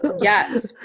Yes